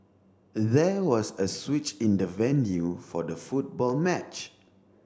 there was a switch in the venue for the football match